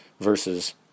versus